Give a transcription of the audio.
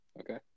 Okay